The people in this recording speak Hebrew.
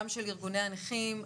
גם של ארגוני הנכים,